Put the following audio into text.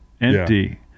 empty